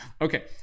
Okay